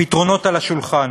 הפתרונות על השולחן.